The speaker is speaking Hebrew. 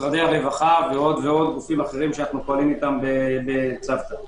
משרדי הרווחה ועוד גופים שאנו פועלים אתם בצוותא.